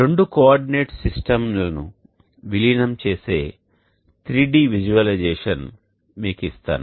రెండు కోఆర్డినేట్ సిస్టమ్లను విలీనం చేసే 3 D విజువలైజేషన్ మీకు ఇస్తాను